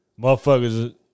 motherfuckers